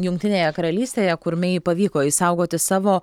jungtinėje karalystėje kur mei pavyko išsaugoti savo